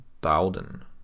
Bowden